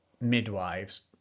midwives